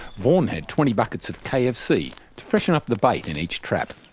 vaughn had twenty buckets of kfc to freshen up the bait in each trap.